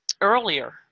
earlier